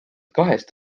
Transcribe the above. kahest